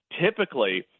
typically